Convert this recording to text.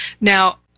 Now